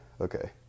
okay